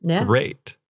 great